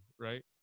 right